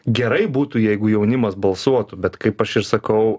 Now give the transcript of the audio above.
gerai būtų jeigu jaunimas balsuotų bet kaip aš ir sakau